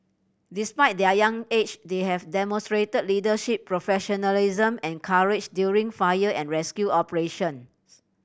despite their young age they have demonstrated leadership professionalism and courage during fire and rescue operations